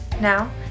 Now